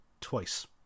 Twice